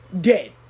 Dead